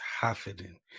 happening